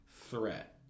threat